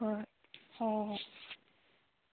ꯍꯣꯏ ꯍꯣꯍꯣ ꯍꯣꯏ